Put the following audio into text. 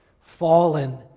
fallen